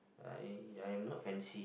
I I'm not fancy